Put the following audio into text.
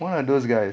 one of those guys